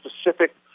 specific